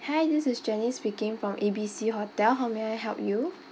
hi this is janice speaking from A B C hotel how may I help you